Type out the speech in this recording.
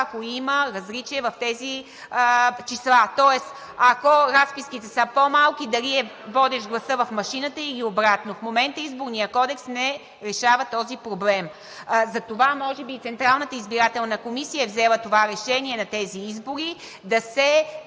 ако има различие в тези числа. Тоест ако разписките са по-малки, дали е водещ гласът в машината или обратно. В момента Изборният кодекс не решава този проблем. Затова може би и Централната избирателна комисия е взела това решение на тези избори – да се